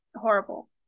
horrible